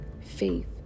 faith